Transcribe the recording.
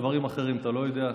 דברים אחרים אתה לא יודע.